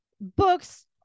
books